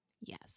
Yes